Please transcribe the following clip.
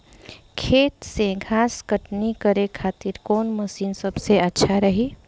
खेत से घास कटनी करे खातिर कौन मशीन सबसे अच्छा रही?